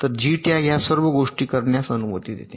तर JTAG या सर्व गोष्टी करण्यास अनुमती देते